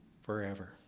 forever